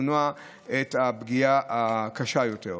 למנוע את הפגיעה הקשה יותר.